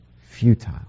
futile